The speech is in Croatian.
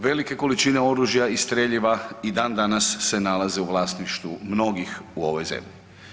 Velike količine oružja i streljiva i dan danas se nalaze u vlasništvu mnogih u ovoj zemlji.